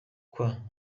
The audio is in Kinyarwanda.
kwa